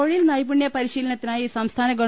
തൊഴിൽ നൈപുണ്യ പരിശീലനത്തിനായി സംസ്ഥാന ഗവ